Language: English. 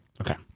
Okay